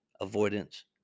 avoidance